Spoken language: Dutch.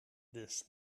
dus